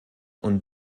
und